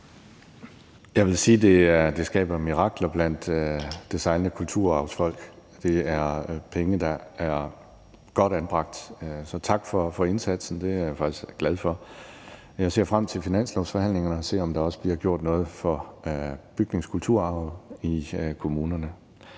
Jeg vil sige, at det skaber mirakler blandt design- og kulturarvsfolk. Det er penge, der er godt anbragt. Så tak for indsatsen, den er jeg faktisk glad for. Jeg ser frem til finanslovsforhandlingerne og til at se, om der også bliver gjort noget for bygningskulturarven i kommunerne.